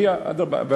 כשזה יגיע, אדרבה.